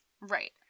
Right